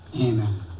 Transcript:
amen